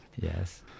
Yes